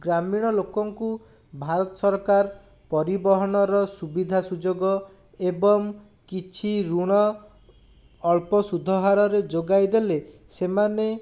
ଗ୍ରାମୀଣ ଲୋକଙ୍କୁ ଭାରତ ସରକାର ପରିବହନର ସୁବିଧା ସୁଯୋଗ ଏବଂ କିଛି ଋଣ ଅଳ୍ପ ସୁଦ୍ଧ ହାରରେ ଯୋଗାଇ ଦେଲେ ସେମାନେ